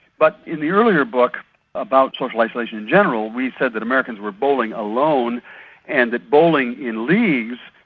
but in the earlier book about socialisation in general we said that americans were bowling alone and that bowling in leagues,